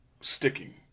sticking